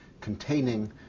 containing